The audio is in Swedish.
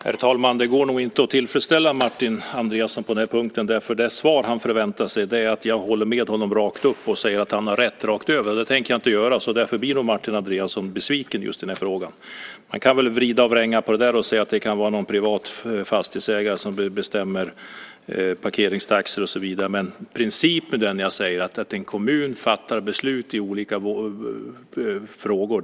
Herr talman! Det går nog inte att tillfredsställa Martin Andreasson på den punkten. Det svar han förväntar sig är att jag håller med honom rakt upp och ned och säger att han har rätt rakt över. Det tänker jag inte göra. Därför blir nog Martin Andreasson besviken. Man kan vrida och vränga på det här och säga att en privat fastighetsägare bestämmer parkeringstaxor och så vidare. Men principen är att en kommun fattar beslut i olika frågor.